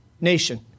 nation